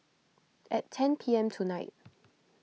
at ten P M tonight